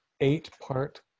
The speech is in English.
eight-part